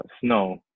snow